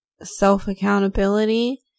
self-accountability